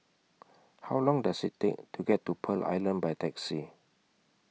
How Long Does IT Take to get to Pearl Island By Taxi